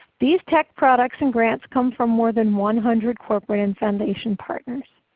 these tech products and grants come from more than one hundred corporate and foundation partners.